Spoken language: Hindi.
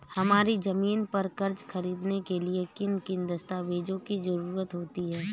हमारी ज़मीन पर कर्ज ख़रीदने के लिए किन किन दस्तावेजों की जरूरत होती है?